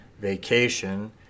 vacation